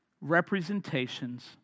representations